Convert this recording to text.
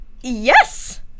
Yes